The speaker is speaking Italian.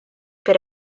per